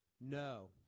No